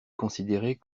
considérée